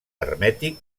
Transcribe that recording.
hermètic